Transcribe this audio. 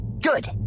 Good